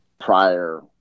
prior